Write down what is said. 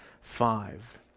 five